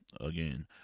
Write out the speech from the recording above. again